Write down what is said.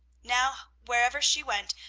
now, wherever she went,